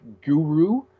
guru